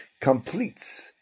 completes